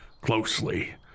closely